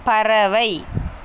பறவை